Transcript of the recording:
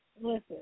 Listen